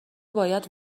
باید